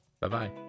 Bye-bye